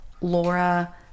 Laura